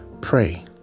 Pray